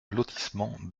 lotissement